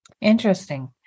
Interesting